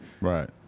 Right